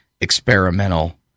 experimental